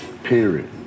Period